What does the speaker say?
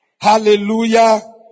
Hallelujah